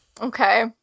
Okay